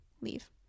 leave